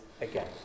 again